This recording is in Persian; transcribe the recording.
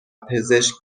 پزشک